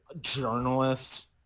journalists